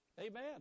Amen